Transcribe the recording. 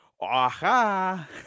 Aha